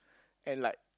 and like